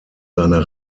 seiner